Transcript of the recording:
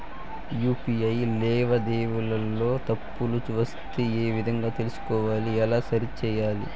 UPI లావాదేవీలలో తప్పులు వస్తే ఏ విధంగా తెలుసుకోవాలి? ఎలా సరిసేయాలి?